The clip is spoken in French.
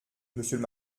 monsieur